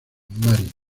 mary